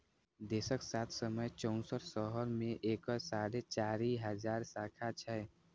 देशक सात सय चौंसठ शहर मे एकर साढ़े चारि हजार शाखा छै